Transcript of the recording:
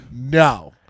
No